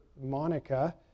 Monica